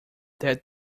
that